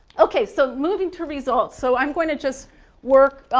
okay, so moving to results. so i'm going to just work on,